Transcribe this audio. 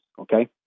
okay